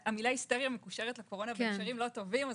מקושרת לקורונה בהקשרים לא טובים,